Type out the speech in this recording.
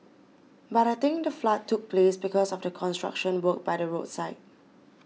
but I think the flood took place because of the construction work by the roadside